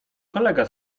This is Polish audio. kolega